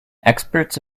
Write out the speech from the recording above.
experts